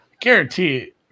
Guarantee